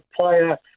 player